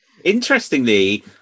interestingly